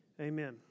amen